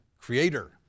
creator